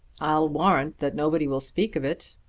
i'll warrant that nobody will speak of it.